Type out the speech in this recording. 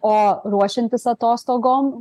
o ruošiantis atostogom